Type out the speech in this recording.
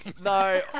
No